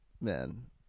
man